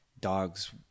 dogs